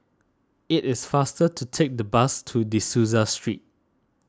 it is faster to take the bus to De Souza Street